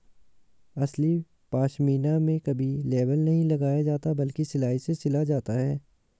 असली पश्मीना में कभी लेबल नहीं लगाया जाता बल्कि सिलाई से सिला जाता है